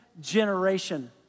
generation